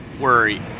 worry